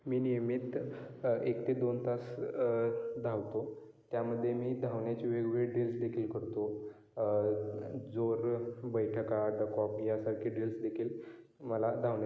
खेळांमध्ये दोन प्रकारचे खेळ असतात इनडोर आणि आउटडोर इनडोर खेळांमुळे बौद्धिक क्षमता वाढते आयक्यू लेवल वाढते आणि इनडोर खेळ श शारीरिकदृष्ट्या माणसाला